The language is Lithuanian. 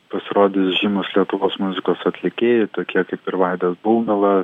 pasirodys žymūs lietuvos muzikos atlikėjai tokie kaip ir vaidas baumila